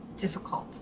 difficult